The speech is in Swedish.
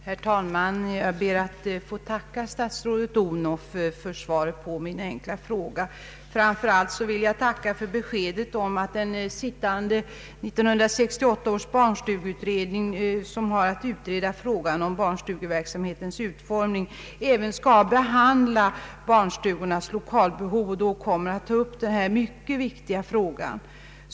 Herr talman! Jag ber att få tacka statsrådet Odhnoff för svaret på min enkla fråga. Framför allt vill jag tacka för beskedet att den sittande 1968 års barnstugeutredning, som har att utreda frågan om barnstugeverksamhetens utformning, även skall behandla barnstugornas lokalbehov och då kommer att ta upp den här mycket viktiga frågan.